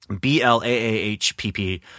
b-l-a-a-h-p-p